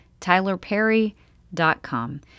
tylerperry.com